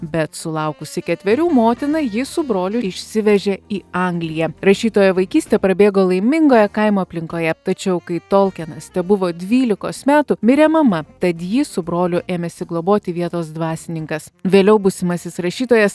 bet sulaukusį ketverių motina jį su broliu išsivežė į angliją rašytojo vaikystė prabėgo laimingoje kaimo aplinkoje tačiau kai tolkienas tebuvo dvylikos metų mirė mama tad jį su broliu ėmėsi globoti vietos dvasininkas vėliau būsimasis rašytojas